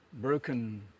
broken